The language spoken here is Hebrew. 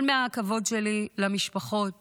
אבל מהכבוד שלי למשפחות